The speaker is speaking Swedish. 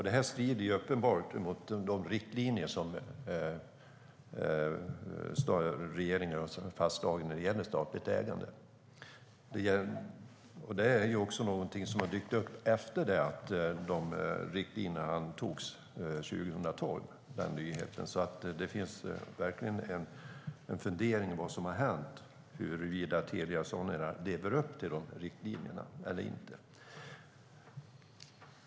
Det strider uppenbart mot de riktlinjer som regeringen har fastslagit när det gäller statligt ägande. Det är också någonting som har dykt upp efter det att riktlinjerna antogs 2012. Det finns verkligen en fundering om vad det är som har hänt och huruvida Telia Sonera lever upp till riktlinjerna eller inte.